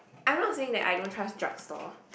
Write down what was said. I am not saying that I don't trust drug store